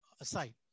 aside